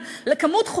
מספר העובדים הסוציאליים,